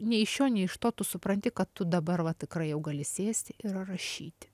nei iš šio nei iš to tu supranti kad tu dabar va tikrai jau gali sėsti ir rašyti